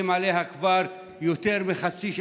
לטיפול באלימות שאתם מדברים עליה כבר יותר מחצי שנה,